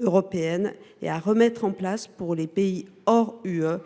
européenne et à remettre en place, pour les pays hors UE